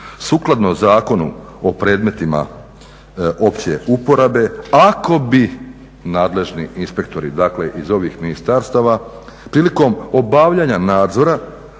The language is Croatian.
Sukladno Zakonu o predmetima opće uporabe ako bi nadležni inspektori, dakle iz ovih ministarstava prilikom obavljanja nadzora